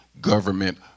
government